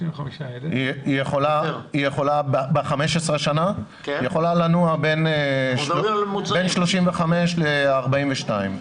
ב-15 שנים, השכר יכול לנוע בין 35,000 ל-42,000.